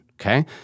okay